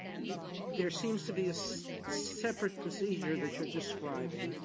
there seems to be a so separate procedure that you're describing.